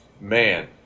Man